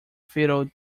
fiddle